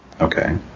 Okay